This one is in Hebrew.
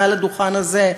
מעל הדוכן הזה,